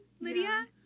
Lydia